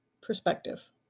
perspective